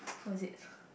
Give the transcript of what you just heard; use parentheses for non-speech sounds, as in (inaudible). what is it (breath)